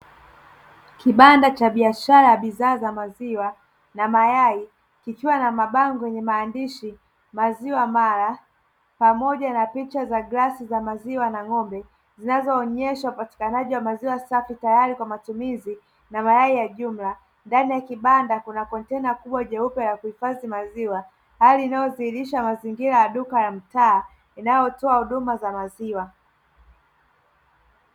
Kibanda cha biashara ya bidhaa za maziwa na mayai, kikiwa na mabango yenye maandishi "Maziwa Mara", pamoja na picha za glasi za maziwa na ng'ombe, zinazoonyesha upatikanaji wa maziwa safi tayari kwa matumizi na mayai ya jumla. Ndani ya kibanda kuna kontena kubwa jeusi ya kuhifadhi maziwa. Hali inayoonesha mazingira ya duka ya mtaa inayotoa huduma za maziwa.